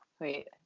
Wait